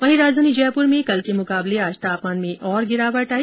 वहीं राजधानी जयपुर में कल के मुकाबले आज तापमान में और गिरावट आई